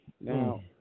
Now